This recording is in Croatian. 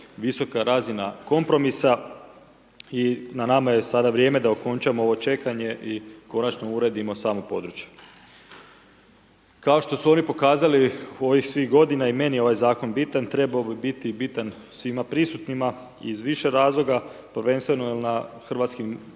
visoka razina kompromisa i na nama je sada vrijeme da okončamo ovo čekanje i konačno uredimo samo područje. Kao što su oni pokazali u ovih svih g. i meni je ovaj zakon, trebao bi biti bitan svima prisutnima iz više razloga, prvenstveno jer na hrvatskim